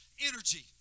energy